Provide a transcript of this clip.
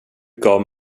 gav